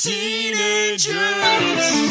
Teenagers